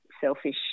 selfish